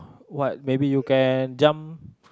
what maybe you can jump